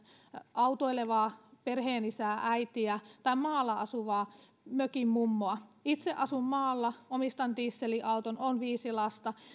autoilevaa perheenisää äitiä tai maalla asuvaa mökin mummoa itse asun maalla omistan dieselauton on viisi lasta